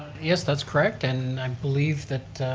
yes, that's correct, and i believe that